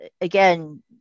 again